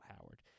Howard